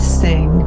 sing